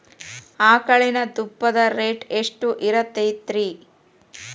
ಆಕಳಿನ ತುಪ್ಪದ ರೇಟ್ ಎಷ್ಟು ಇರತೇತಿ ರಿ?